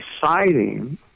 deciding